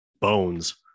bones